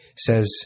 says